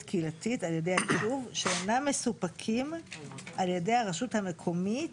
קהילתית על ידי היישוב שאינם מסופקים על ידי הרשות המקומית